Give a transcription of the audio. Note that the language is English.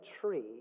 tree